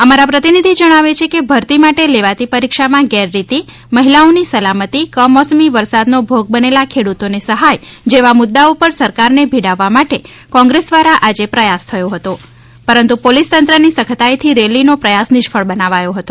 અમારા પ્રતિનિધી જણાવે છે કે ભરતી માટે લેવાતી પરીક્ષા માં ગેરરીતિ મહિલાઓ ની સલામતી કમોસમી વરસાદ નો ભોગ બનેલા ખેડૂતો ને સહાય જેવા મુદ્દા ઉપર સરકાર ને ભિડાવવા માટે કોંગ્રેસ દ્વારા આજે પ્રયાસ થયો હતો પરંતુ પોલિસ તંત્ર ની સખ્તાઈ થી રેલી નો પ્રથાસ નિષ્ફળ બનાવાયો હતો